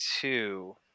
two